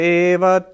eva